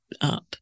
up